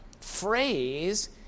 phrase